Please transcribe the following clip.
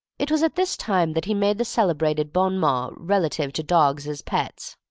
it was at this time that he made the celebrated bon-mot relative to dogs as pets.